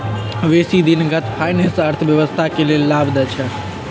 बेशी दिनगत फाइनेंस अर्थव्यवस्था के लेल लाभ देइ छै